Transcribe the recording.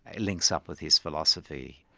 links up with his philosophy.